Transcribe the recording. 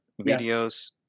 videos